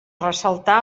ressaltar